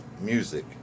music